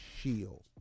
shield